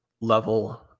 level